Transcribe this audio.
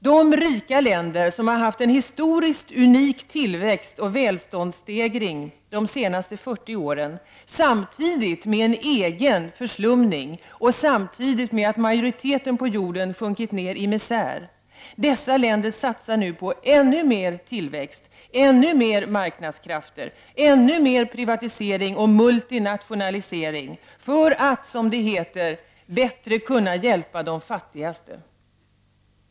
De rika länderna, som har haft en historiskt unik tillväxt och välståndsstegring de senaste 40 åren samtidigt med en egen förslumning och samtidigt med att majoriteten av jordens befolkning har sjunkit ned i misär, satsar nu på ännu mer tillväxt, ännu mer marknadskrafter, ännu mer privatisering och multinationalisering, för att som det heter ”bättre kunna hjälpa de fattigaste”!